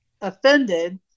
offended